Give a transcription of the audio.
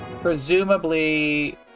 Presumably